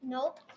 Nope